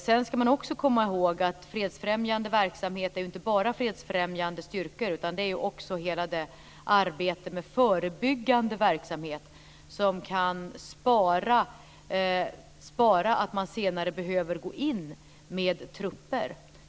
Man ska också komma ihåg att fredsfrämjande verksamhet inte bara är fredsfrämjande styrkor, utan det är också hela arbetet med förebyggande verksamhet, som kan innebära att man senare inte behöver gå in med trupper.